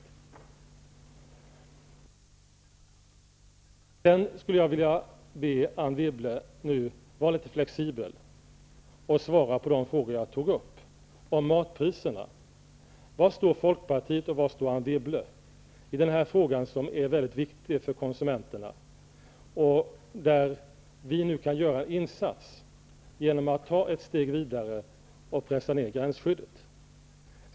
Sedan skulle jag vilja be Anne Wibble att vara litet flexibel och svara på de frågor som jag ställde om matpriserna. Var står folkpartiet och var står Anne Wibble i denna fråga som är mycket viktig för konsumenterna och där vi nu kan göra en insats genom att ta ett steg vidare och pressa ned gränsskyddet?